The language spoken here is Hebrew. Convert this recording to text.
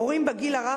הורים לגיל הרך,